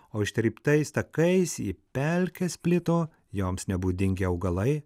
o ištryptais takais į pelkes plito joms nebūdingi augalai